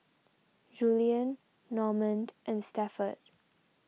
Julian Normand and Stafford